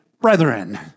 brethren